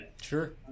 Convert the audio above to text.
Sure